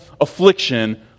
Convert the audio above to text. affliction